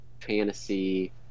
fantasy